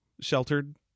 sheltered